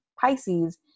Pisces